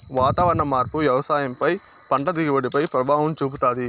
వాతావరణ మార్పు వ్యవసాయం పై పంట దిగుబడి పై ప్రభావం చూపుతాది